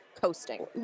coasting